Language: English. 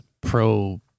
pro